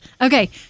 Okay